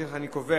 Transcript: אם כך, אני קובע